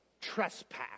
trespass